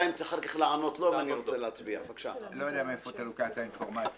יודע מאיפה אתה לוקח את האינפורמציה.